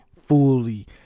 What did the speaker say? fully